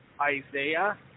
Isaiah